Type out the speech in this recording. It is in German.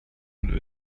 und